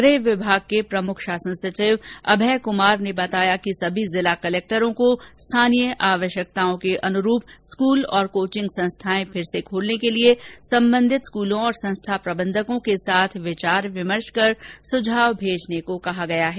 गृह विभाग के प्रमुख शासन सचिव अभय कुमार ने बताया कि सभी जिला कलेक्टरों को स्थानीय आवश्यकताओं के अनुरूप स्कूल और कोचिंग संस्थाए फिर से खोलने के लिए संबंधित विद्यालयों और संस्था प्रबंधकों के साथ विचार विमर्श कर सुझाव भेजने को कहा गया है